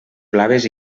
blaves